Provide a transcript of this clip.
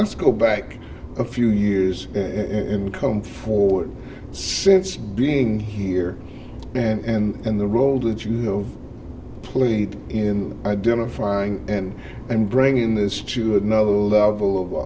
let's go back a few years and come forward since being here and the role that you know played in identifying and and bringing this to another level of